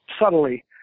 subtly